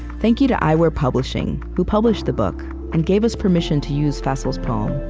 thank you to eyewear publishing, who published the book and gave us permission to use faisal's poem.